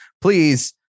please